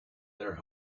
their